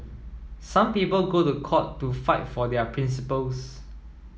some people go to court to fight for their principles